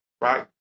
Right